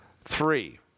Three